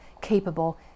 capable